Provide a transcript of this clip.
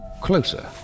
closer